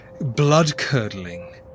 blood-curdling